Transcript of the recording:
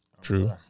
True